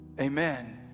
amen